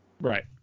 Right